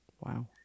Wow